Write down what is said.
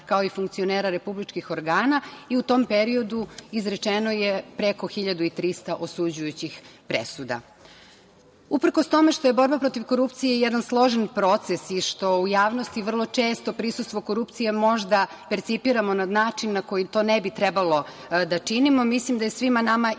kao i funkcionera republičkih organa i u tom periodu izrečeno je preko 1.300 osuđujućih presuda. Uprkos tome što je borba protiv korupcije jedan složen proces i što u javnosti vrlo često prisustvo korupcije možda percipiramo na način na koji to ne bi trebalo da činimo, mislim da je svima nama i ideja,